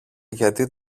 γιατί